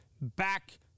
back